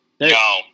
No